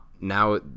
now